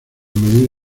medir